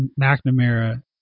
McNamara